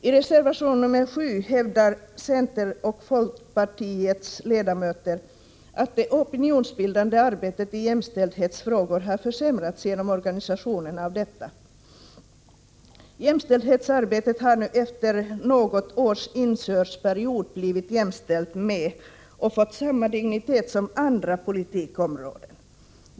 I reservation 7 hävdar centerns och folkpartiets ledamöter att det opinionsbildande arbetet i jämställdhetsfrågor har försämrats genom omorganisationen. Jämställdhetsarbetet har nu efter något års inkörningsperiod blivit jämställt med och fått samma dignitet som andra politikområden.